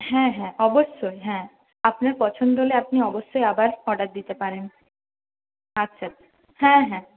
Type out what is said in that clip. হ্যাঁ হ্যাঁ অবশ্যই হ্যাঁ আপনার পছন্দ হলে আপনি অবশ্যই আবার অর্ডার দিতে পারেন আচ্ছা হ্যাঁ হ্যাঁ